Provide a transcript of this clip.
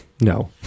No